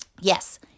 yes